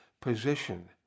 position